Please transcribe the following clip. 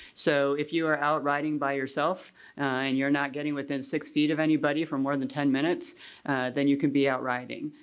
so if you are out riding by yourself and you're not getting within six feet of anybody for more than ten minutes then you can be out riding,